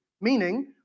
meaning